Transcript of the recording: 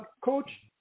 Coach